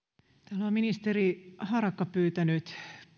on ministeri harakka pyytänyt